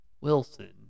Wilson